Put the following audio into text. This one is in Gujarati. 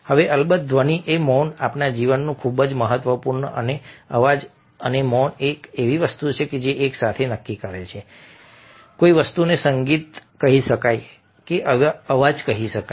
હવે અલબત્ત ધ્વનિ અને મૌન આપણા જીવનમાં ખૂબ જ મહત્વપૂર્ણ છે અને અવાજ અને મૌન એવી વસ્તુ છે જે એકસાથે નક્કી કરે છે કે કોઈ વસ્તુને સંગીત કહી શકાય કે અવાજ કહી શકાય